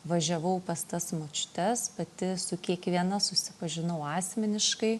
važiavau pas tas močiutes pati su kiekviena susipažinau asmeniškai